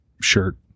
shirt